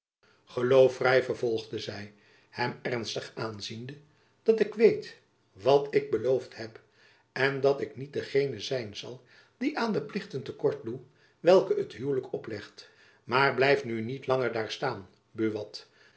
geloof vrij vervolgde zy hem ernstig aanziende dat ik weet wat ik beloofd heb en dat ik niet degene zijn zal die aan de plichten te kort doe welke het huwelijk oplegt maar blijf nu niet langer daar staan buat